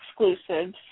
exclusives